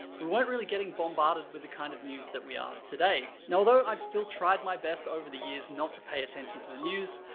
we weren't really getting bombarded with the kind of news that we are today. now although i've still tried my best over the years not to pay attention to the news,